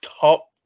top